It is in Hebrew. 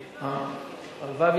רותם.